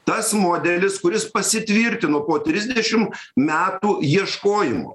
tas modelis kuris pasitvirtino po trisdešim metų ieškojimų